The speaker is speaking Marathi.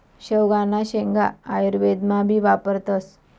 शेवगांना शेंगा आयुर्वेदमा भी वापरतस